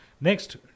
Next